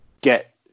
get